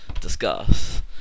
Discuss